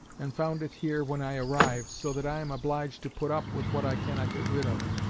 and found it here when i arrived, so that i am obliged to put up with what i cannot get rid of.